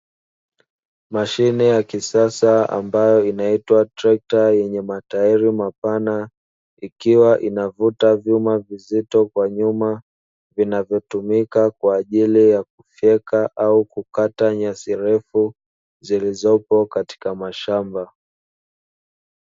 Mashine ya kisasa ambayo inaitwa trekta yenye matairi mapana ikiwa inavuta vyuma vizito kwa nyuma vinavyotumika kwa ajili ya kufyeka au kukata nyasi refu zilizopo katika mashamba.